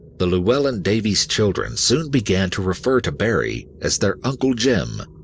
the llewelyn davies children soon began to refer to barrie as their uncle jim,